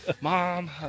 Mom